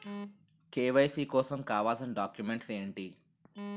KYC కోసం కావాల్సిన documents ఎంటి?